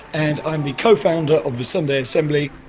and i'm the co-founder of the sunday assembly.